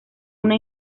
una